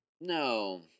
No